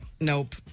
Nope